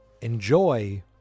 enjoy